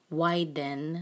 widen